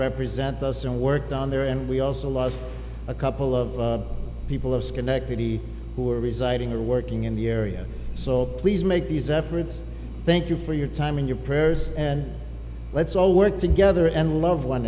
represent us and work down there and we also lost a couple of people of schenectady who are residing or working in the area so please make these efforts thank you for your time and your prayers and let's all work together and love one